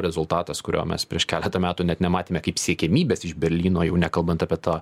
rezultatas kurio mes prieš keletą metų net nematėme kaip siekiamybės iš berlyno jau nekalbant apie tą